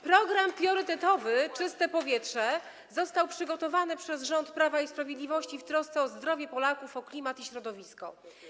Program priorytetowy „Czyste powietrze” został przygotowany przez rząd Prawa i Sprawiedliwości w trosce o zdrowie Polaków, o klimat i środowisko.